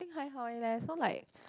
think 还好而已 leh so like